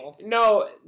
no